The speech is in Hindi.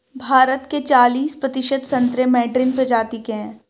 भारत के चालिस प्रतिशत संतरे मैडरीन प्रजाति के हैं